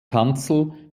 kanzel